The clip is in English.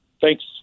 Thanks